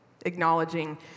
acknowledging